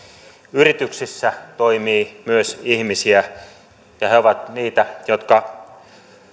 yrityksissä toimii myös ihmisiä ja he ovat niitä jotka